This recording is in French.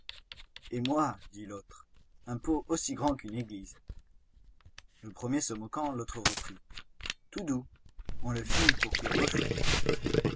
et moi dit l'autre un pot aussi grand qu'une église le premier se moquant l'autre reprit tout doux on le fit pour cuir vos choux